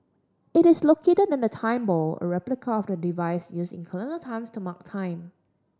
it is located near the Time Ball a replica of the device used in colonial times to mark time